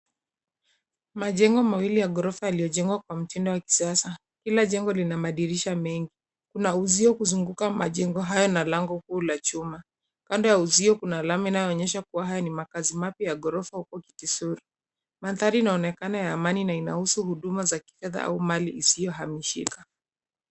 Majengo mawili ya ghorofa yaliyojengwa kwa mtindo wa kisasa. Kila jengo lina madirisha mengi. Kuna uzio kuzunguka majengo hayo na lango kuu la chuma. Kando ya uzio kuna lami inayoonyesha kuwa haya ni makaazi mapya ya ghorofa. Manthari inaonekana ya amani na inahusu huduma za kifedha au mali isiyohamishika.